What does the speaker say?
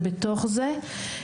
זה בתוך זה.